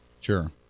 Sure